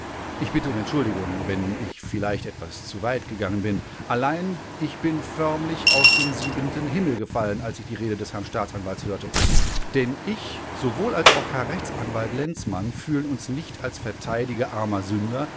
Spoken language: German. ich bitte um entschuldigung wenn ich vielleicht etwas zuweit gegangen bin allein ich bin förmlich aus dem siebenten himmel gefallen als ich die rede des herrn staatsanwalts hörte denn ich sowohl als auch herr rechtsanwalt lenzmann fühlen uns nicht als verteidiger armer sünder